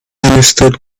understood